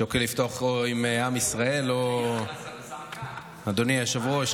אני שוקל לפתוח עם "עם ישראל" אדוני היושב-ראש,